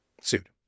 sued